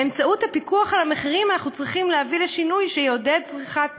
באמצעות הפיקוח על המחירים אנחנו צריכים להביא לשינוי שיעודד צריכת